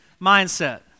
mindset